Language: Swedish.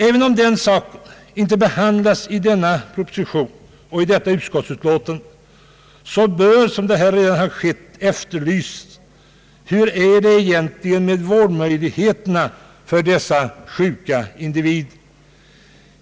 Även om denna sak inte behandlas i denna proposition eller i utskottsutlåtandet så måste man, vilket också skett, fråga sig hur det egentligen är ställt med vårdmöjligheterna för dessa sjuka individer.